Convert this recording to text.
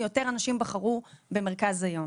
יותר אנשים בחרו במרכז היום.